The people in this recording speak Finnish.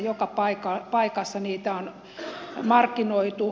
joka paikassa niitä on markkinoitu